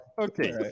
Okay